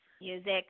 music